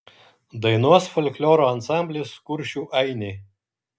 dainuos folkloro ansamblis kuršių ainiai